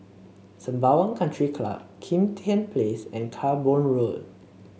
Sembawang Country Club Kim Tian Place and Camborne Road